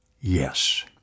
Yes